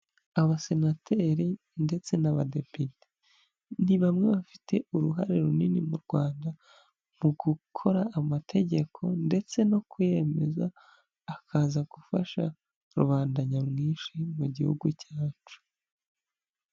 Abasenateri ndetse n'abadepite ni bamwe bafite uruhare runini mu Rwanda mu gukora amategeko ndetse no kuyemeza akaza gufasha rubanda nyamwinshi mu gihugu cyacu.